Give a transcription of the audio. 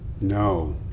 No